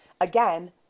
again